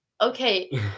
Okay